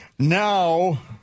Now